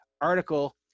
article –